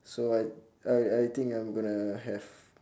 so I I I think I'm going to have